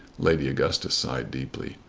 lady augustus sighed deeply.